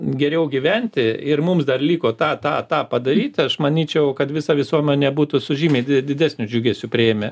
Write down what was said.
geriau gyventi ir mums dar liko tą tą tą padaryt aš manyčiau kad visa visuomenė būtų su žymiai didesniu džiugesiu priėmę